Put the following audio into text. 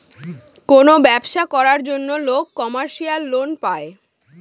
কোনো ব্যবসা করার জন্য লোক কমার্শিয়াল লোন পায়